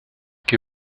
que